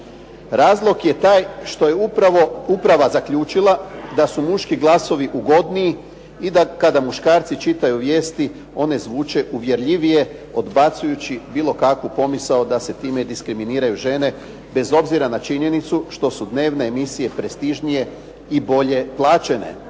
Razlog je taj što je uprava zaključila da su muški glasovi ugodniji i kada muškarci čitaju vijesti, oni zvuče uvjerljivije, odbacujući bilo kakvu pomisao da se time diskriminiraju žene, bez obzira na činjenicu što su dnevne emisije prestižnije i bolje plaćene.